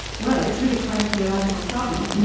well, it's really quite a theological problem,